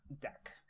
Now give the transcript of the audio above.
deck